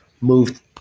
moved